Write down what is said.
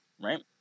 right